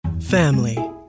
Family